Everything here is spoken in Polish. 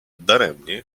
daremnie